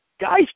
guys